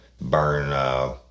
burn